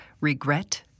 regret